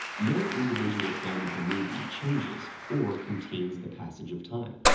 no individual frame of the movie changes or contains the passage of time,